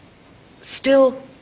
still